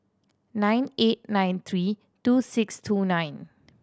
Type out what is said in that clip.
nine eight nine three two six two nine